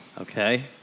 Okay